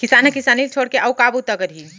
किसान ह किसानी ल छोड़ के अउ का बूता करही